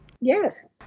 Yes